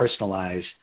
personalize